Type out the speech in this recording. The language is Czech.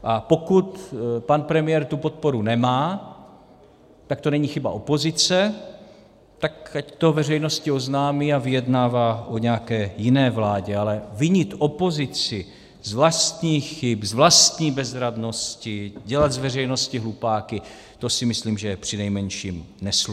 A pokud pan premiér tu podporu nemá, tak to není chyba opozice, tak ať to veřejnosti oznámí a vyjednává o nějaké jiné vládě, ale vinit opozici z vlastních chyb, z vlastní bezradnosti, dělat z veřejnosti hlupáky, to si myslím, že je přinejmenším neslušné.